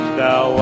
thou